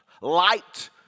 Light